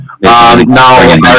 Now